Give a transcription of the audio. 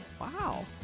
Wow